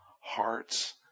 hearts